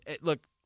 Look